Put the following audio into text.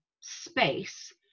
space